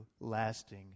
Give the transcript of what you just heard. lasting